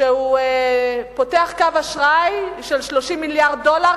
שהוא פותח קו אשראי של 30 מיליארד דולר